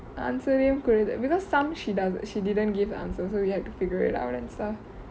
answer ரையு கொடுத்~:raiyu koduth~ because some she doesn't she didn't give the answer also you have to figure it out and stuff